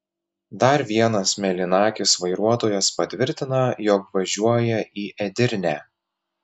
dar vienas mėlynakis vairuotojas patvirtina jog važiuoja į edirnę